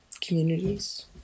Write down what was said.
communities